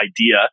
idea